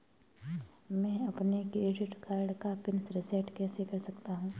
मैं अपने credit card का पिन रिसेट कैसे कर सकता हूँ?